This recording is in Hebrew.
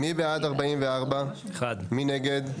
1 נגד,